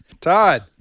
Todd